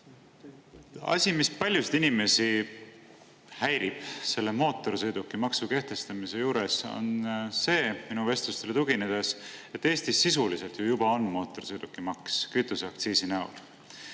Asi, mis paljusid inimesi häirib mootorsõidukimaksu kehtestamise juures, on minu vestlustele tuginedes see, et Eestis sisuliselt juba on mootorsõidukimaks kütuseaktsiisi näol.